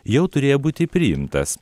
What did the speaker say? jau turėjo būti priimtas